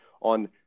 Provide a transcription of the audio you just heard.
on